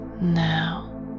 Now